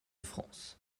france